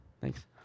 Thanks